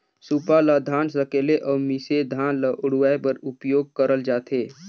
सूपा ल धान सकेले अउ मिसे धान ल उड़वाए बर उपियोग करल जाथे